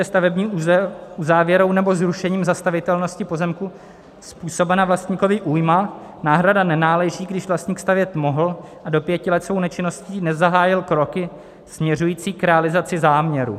Když je stavební uzávěrou nebo zrušením zastavitelnosti pozemku způsobena vlastníkovi újma, náhrada nenáleží, když vlastník stavět mohl a do pěti let svou nečinností nezahájil kroky směřující k realizaci záměru.